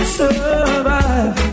survive